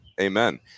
Amen